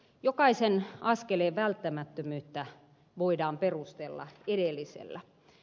jokaisen askeleen välttämättömyyttä voidaan perustella edellisellä